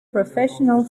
professional